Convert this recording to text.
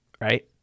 right